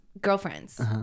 girlfriends